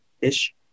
ish